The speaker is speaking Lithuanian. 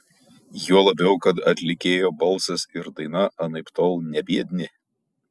juo labiau kad atlikėjo balsas ir daina anaiptol ne biedni